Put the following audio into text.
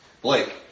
Blake